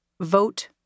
Vote